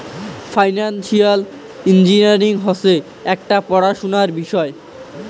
financial engineering হসে একটি পড়াশোনার বিষয়